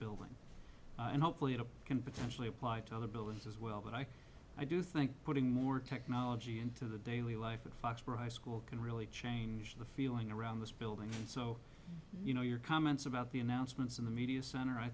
building and hopefully it can potentially apply to other buildings as well but i i do think putting more technology into the daily life of foxborough high school can really change the feeling around this building so you know your comments about the announcements in the media center i